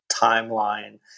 timeline